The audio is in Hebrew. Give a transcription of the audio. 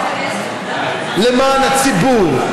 למען הציבור,